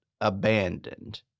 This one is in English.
abandoned